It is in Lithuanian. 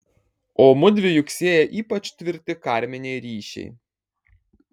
o mudvi juk sieja ypač tvirti karminiai ryšiai